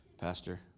Pastor